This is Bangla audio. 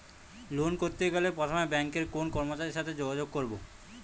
লোন করতে গেলে প্রথমে ব্যাঙ্কের কোন কর্মচারীর সাথে যোগাযোগ করব?